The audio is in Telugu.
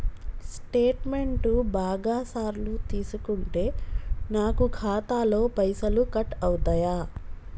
స్టేట్మెంటు బాగా సార్లు తీసుకుంటే నాకు ఖాతాలో పైసలు కట్ అవుతయా?